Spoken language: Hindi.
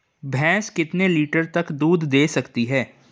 भैंस कितने लीटर तक दूध दे सकती है?